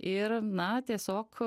ir na tiesiog